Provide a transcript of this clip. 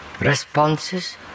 responses